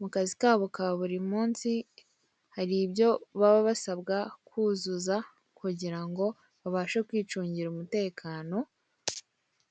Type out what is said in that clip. mukazi kabo ka buri munsi, hari ibyo baba basabwa kuzuza kugirango babashe kwicungira umutekano..